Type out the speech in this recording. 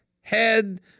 head